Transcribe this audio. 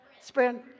Sprint